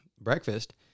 breakfast